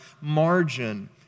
margin